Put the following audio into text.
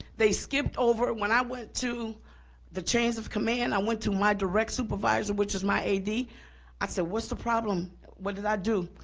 they skipped over when i went to the chains of command, i went to my direct supervisor, which is my ad. i, so what's the problem, what did i do?